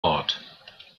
ort